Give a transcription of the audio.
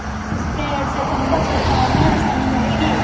sprayer से तुमको छिड़काव में आसानी रहेगी